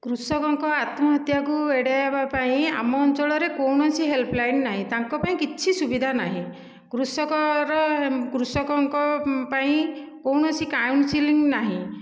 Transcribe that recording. କୃଷକଙ୍କ ଆତ୍ମହତ୍ୟାକୁ ଏଡ଼େଇବା ପାଇଁ ଆମ ଅଞ୍ଚଳରେ କୌଣସି ହେଲ୍ପଲାଇନ ନାଇଁ ତାଙ୍କ ପାଇଁ କିଛି ସୁବିଧା ନାହିଁ କୃଷକର କୃଷକଙ୍କ ପାଇଁ କୌଣସି କାଉନ୍ସେଲିଙ୍ଗ୍ ନାହିଁ